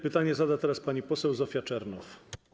Pytanie zada teraz pani poseł Zofia Czernow.